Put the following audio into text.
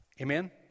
Amen